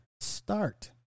start